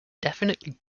definitely